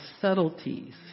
subtleties